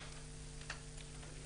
הצבעה בעד,